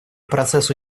процессу